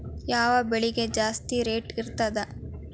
ಯಾವ ಬೆಳಿಗೆ ಜಾಸ್ತಿ ರೇಟ್ ಇರ್ತದ?